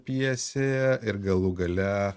pjesėje ir galų gale